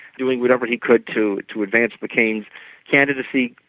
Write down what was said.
doing whatever he could to to advance mccain's candidacy.